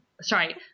sorry